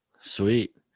sweet